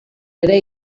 ere